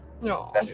No